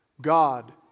God